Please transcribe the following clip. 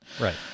Right